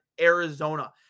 Arizona